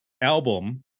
album